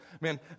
man